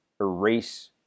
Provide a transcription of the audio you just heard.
erase